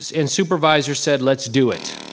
and supervisors said, let's do it.